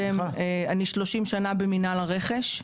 עבדתי כ-30 שנים במנהל הרכש,